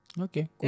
Okay